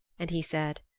and he said,